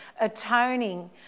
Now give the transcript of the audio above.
atoning